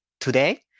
today